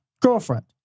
girlfriend